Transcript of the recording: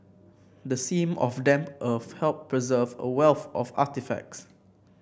the seam of damp earth helped preserve a wealth of artefacts